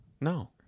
No